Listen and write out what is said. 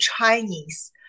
Chinese